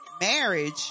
marriage